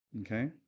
okay